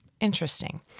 Interesting